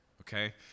okay